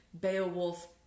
Beowulf